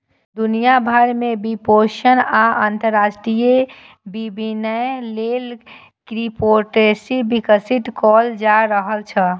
दुनिया भरि मे वित्तपोषण आ अंतरराष्ट्रीय विनिमय लेल क्रिप्टोकरेंसी विकसित कैल जा रहल छै